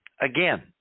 again